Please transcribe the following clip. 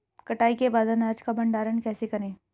कटाई के बाद अनाज का भंडारण कैसे करें?